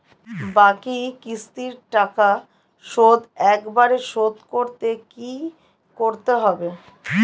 বাকি কিস্তির টাকা শোধ একবারে শোধ করতে কি করতে হবে?